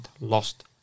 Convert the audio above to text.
lost